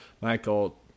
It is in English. Michael